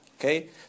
Okay